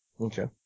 Okay